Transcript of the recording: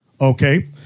Okay